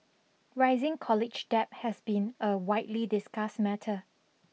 rising college debt has been a widely discussed matter